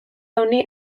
honi